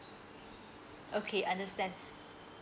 okay understand